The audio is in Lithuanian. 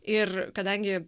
ir kadangi